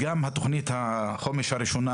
הייתה תוכנית החומש הראשונה,